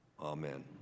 amen